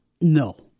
No